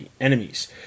enemies